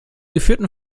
geführten